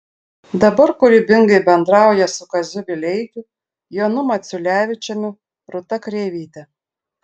dabar kūrybingai bendrauja su kaziu vileikiu jonu maciulevičiumi rūta kreivyte